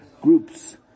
groups